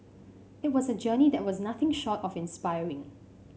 it was a journey that was nothing short of inspiring